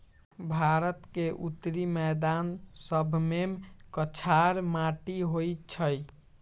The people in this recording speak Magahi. भारत के उत्तरी मैदान सभमें कछार माटि होइ छइ